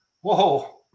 Whoa